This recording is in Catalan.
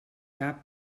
cap